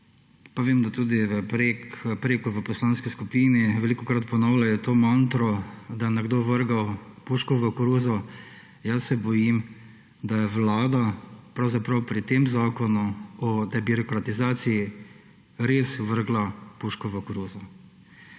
SDS in tudi v poslanski skupini velikokrat ponavljajo to mantro, da je nekdo vrgel puško v koruzo. Jaz se bojim, da je vlada pravzaprav pri tem zakonu o debirokratizaciji res vrgla puško v koruzo.